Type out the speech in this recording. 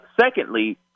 Secondly